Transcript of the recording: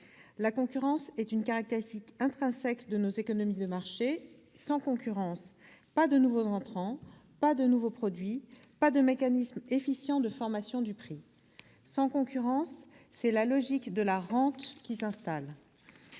La concurrence est une caractéristique intrinsèque de nos économies de marché : sans concurrence, pas de nouveaux entrants, pas de nouveaux produits, pas de mécanisme efficient de formation du prix. Sans concurrence, c'est la logique de la rente qui s'installe.